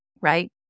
right